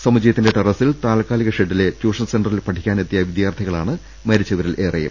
സമുച്ചയത്തിന്റെ ടെറ സിൽ താൽക്കാലിക ഷെഡിലെ ട്യൂഷൻ സെന്ററിൽ പഠിക്കാനെത്തിയ വിദ്യാർഥികളാണ് മരിച്ചവരിൽ ഏറെയും